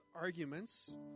arguments